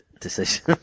decision